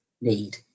need